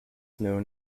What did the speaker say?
known